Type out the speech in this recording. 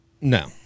No